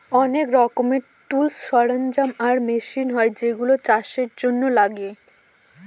অনেক রকমের টুলস, সরঞ্জাম আর মেশিন হয় যেগুলা চাষের জন্য লাগে